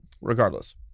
regardless